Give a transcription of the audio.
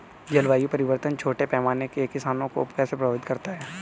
जलवायु परिवर्तन छोटे पैमाने के किसानों को कैसे प्रभावित करता है?